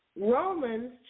Romans